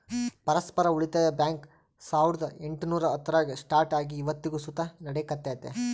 ಪರಸ್ಪರ ಉಳಿತಾಯ ಬ್ಯಾಂಕ್ ಸಾವುರ್ದ ಎಂಟುನೂರ ಹತ್ತರಾಗ ಸ್ಟಾರ್ಟ್ ಆಗಿ ಇವತ್ತಿಗೂ ಸುತ ನಡೆಕತ್ತೆತೆ